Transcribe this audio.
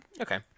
Okay